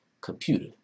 computer